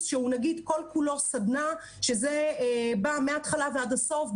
שהוא כל כולו סדנה שזה בא מהתחלה ועד הסוף,